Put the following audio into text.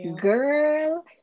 girl